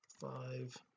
five